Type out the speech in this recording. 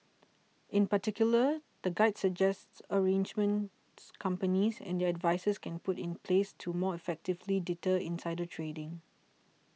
in particular the guide suggests arrangements companies and their advisers can put in place to more effectively deter insider trading